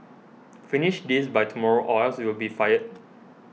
finish this by tomorrow or else you'll be fired